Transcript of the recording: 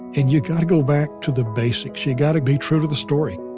and you got to go back to the basics, you got to be true to the story.